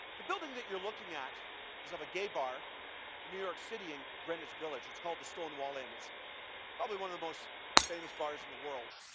the building that you're looking at is of a gay bar in new york city in greenwich village. it's called the stonewall inn. it's probably one of the most famous bars in the world.